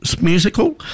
Musical